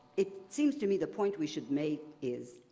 it seems to me the point we should make is,